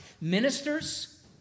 Ministers